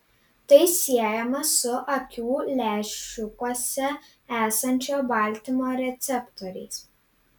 tai siejama su akių lęšiukuose esančio baltymo receptoriais